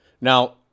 Now